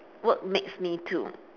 work makes me to